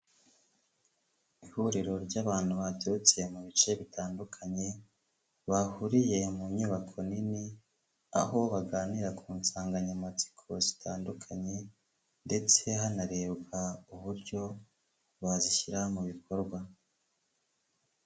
Ihuriro ry'abantu baturutse mu bice bitandukanye, bahuriye mu nyubako nini, aho baganira ku nsanganyamatsiko zitandukanye ndetse hanarebwa uburyo bazishyira mu bikorwa.